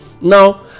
Now